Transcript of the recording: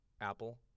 Apple